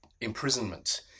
imprisonment